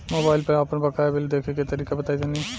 Mobile पर आपन बाकाया बिल देखे के तरीका बताईं तनि?